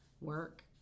work